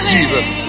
Jesus